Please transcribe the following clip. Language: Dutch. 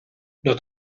dat